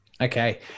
Okay